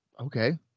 Okay